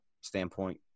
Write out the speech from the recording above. standpoint